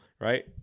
right